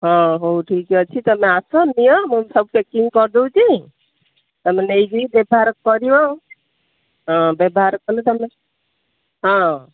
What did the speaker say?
ହଁ ହେଉ ଠିକ୍ ଅଛି ତମେ ଆସ ନିଅ ମୁଁ ସବୁ ପ୍ୟାକିଙ୍ଗ୍ କରିଦେଉଛି ତମେ ନେଇକି ବ୍ୟବହାର କରିବ ହଁ ବ୍ୟବହାର କଲେ ତମେ ହଁ